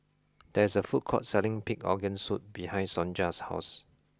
there is a food court selling pig organ soup behind Sonja's house